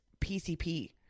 pcp